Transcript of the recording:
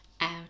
out